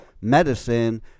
medicine